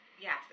Yes